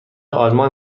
آلمان